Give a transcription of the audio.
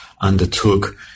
Undertook